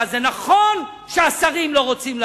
הם משקרים במצח נחושה.